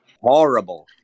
horrible